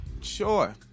Sure